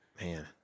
Man